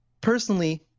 Personally